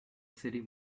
city